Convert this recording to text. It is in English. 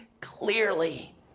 clearly